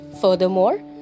Furthermore